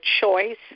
choice